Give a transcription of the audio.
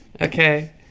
okay